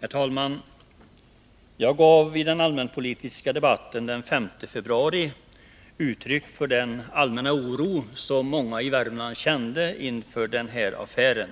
Herr talman! Jag gav i den allmänpolitiska debatten den 5 februari uttryck för den allmänna oro som många i Värmland kände inför den här affären.